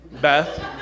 Beth